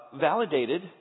validated